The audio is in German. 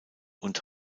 und